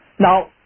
Now